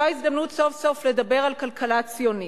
זאת ההזדמנות סוף-סוף לדבר על כלכלה ציונית,